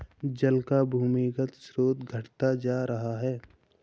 जल का भूमिगत स्रोत घटता जा रहा है